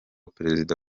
perezida